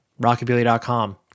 rockabilly.com